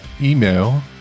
email